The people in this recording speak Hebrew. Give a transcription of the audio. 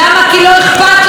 כי אם היה אכפת לכם,